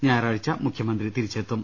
ഞായറാഴ്ച മുഖ്യമന്ത്രി തിരിച്ചെത്തും